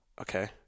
okay